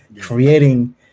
creating